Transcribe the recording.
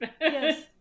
Yes